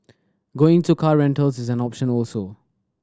going to car rentals is an option also